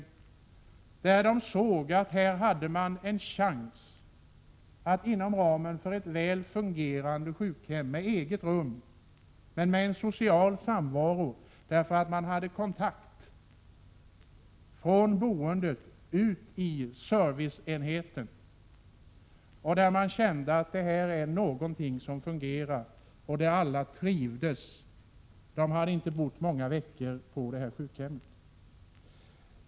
Inom ramen för ett väl fungerande sjukhem med eget rum för de boende kunde man också skapa en social samvaro, därför att man hade kontakt från boendet ut i serviceenheten. Man kände att det var någonting som fungerade och att alla trivdes. Patienterna hade inte bott många veckor på detta sjukhem.